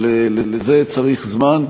אבל לזה צריך זמן,